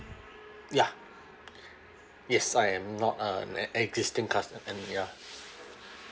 ya yes I am not uh an existing cust~ err ya